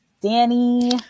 Danny